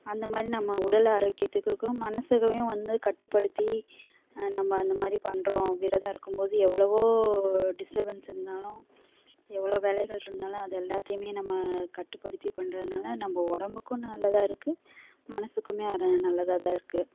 அந்த மாதிரி நம்ம உடல் ஆரோக்கியத்துத்துக்கும் மனசுகளையும் வந்து கட்டுப்படுத்தி நம்ம அந்த மாதிரி பண்ணுறோம் விரதம் இருக்கும்போது எவ்வளவோ டிஸ்டர்பன்ஸ் இருந்தாலும் எவ்வளவு வேலைகள் இருந்தாலும் அதை எல்லாத்தையுமே நம்ம கட்டுப்படுத்தி பண்ணுறதுனால நம்ம உடம்புக்கும் நல்லதாக இருக்குது மனசுக்குமே அது நல்லதாகத்தான் இருக்குது